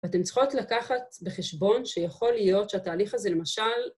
ואתם צריכות לקחת בחשבון שיכול להיות שהתהליך הזה נכשל...